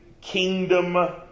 kingdom